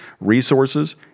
resources